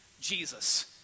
Jesus